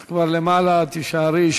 את כבר למעלה, תישארי.